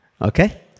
Okay